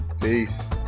Peace